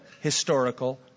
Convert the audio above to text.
historical